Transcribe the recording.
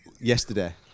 Yesterday